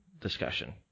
discussion